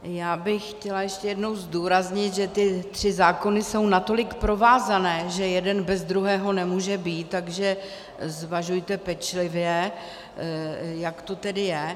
Já bych chtěla ještě jednou zdůraznit, že ty tři zákony jsou natolik provázané, že jeden bez druhého nemůže být, takže zvažujte pečlivě, jak to tedy je.